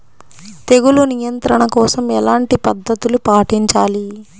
తెగులు నియంత్రణ కోసం ఎలాంటి పద్ధతులు పాటించాలి?